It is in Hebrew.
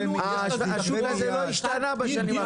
השוק הזה לא השתנה בשנים האחרונות.